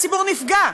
הציבור נפגע,